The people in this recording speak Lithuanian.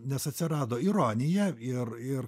nes atsirado ironija ir ir